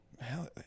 hell